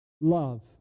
love